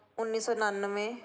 ਉੱਨੀ ਸੌ ਉਣਾਨਵੇਂ